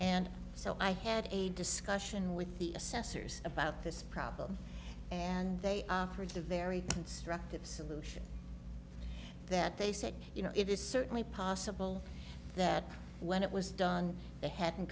and so i had a discussion with the assessors about this problem and they offered a very constructive solution that they said you know it is certainly possible that when it was done they hadn't